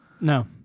No